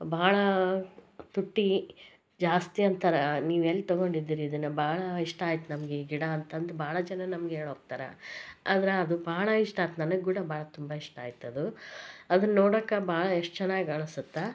ಭಾಳ ತುಟ್ಟಿ ಜಾಸ್ತಿ ಅಂತಾರೆ ನೀವೆಲ್ಲಿ ತೊಗೊಂಡಿದ್ರಿರಿ ಇದನ್ನು ಭಾಳ ಇಷ್ಟ ಆಯ್ತು ನಮ್ಗೆ ಈ ಗಿಡ ಅಂತಂದು ಭಾಳ ಜನ ನಮ್ಗೆ ಹೇಳೋಗ್ತಾರೆ ಆದ್ರೆ ಅದು ಭಾಳ ಇಷ್ಟ ಆಯ್ತ್ ನನಗೆ ಕೂಡ ಭಾಳ ತುಂಬ ಇಷ್ಟ ಆಯಿತದು ಅದನ್ನು ನೋಡೋಕೆ ಭಾಳ ಎಷ್ಟು ಚೆನ್ನಾಗ್ ಕಾಣಿಸುತ್ತಾ